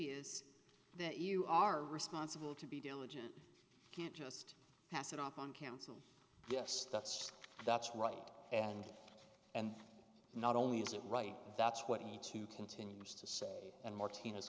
is that you are responsible to be diligent can't just pass it off on cancel yes that's just that's right and and not only is it right that's what he to continues to say and martinez